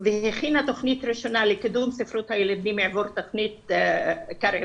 והיא הכינה תוכנית ראשונה לקידום ספרות הילדים עבור תוכנית 'קרב'.